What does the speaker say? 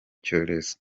cyorezo